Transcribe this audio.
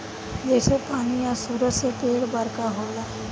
जइसे पानी आ सूरज से पेड़ बरका होला